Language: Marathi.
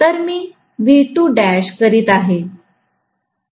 तर मी करत आहे